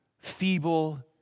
feeble